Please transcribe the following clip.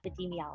Epidemiology